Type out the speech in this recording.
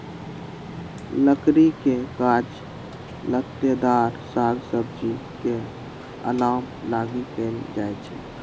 लकड़ी के काज लत्तेदार साग सब्जी के अलाम लागी कएल जाइ छइ